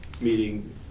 meeting